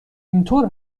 اینطور